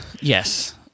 yes